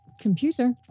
Computer